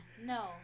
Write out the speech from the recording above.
no